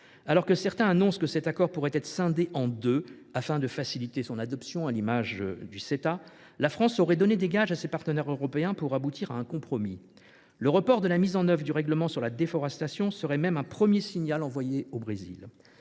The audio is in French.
Alors que certains annoncent que cet accord pourrait être scindé en deux afin de faciliter son adoption, à l’image du Ceta (accord économique et commercial global), la France aurait donné des gages à ses partenaires européens pour aboutir à un compromis. Le report de la mise en œuvre du règlement sur la déforestation serait même un premier signal envoyé au Brésil.